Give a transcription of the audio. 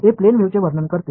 हे प्लेन वेव्हचे वर्णन करते